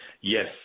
Yes